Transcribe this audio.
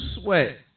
sweat